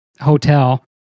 hotel